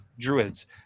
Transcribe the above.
Druids